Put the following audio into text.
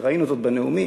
ראינו זאת בנאומים,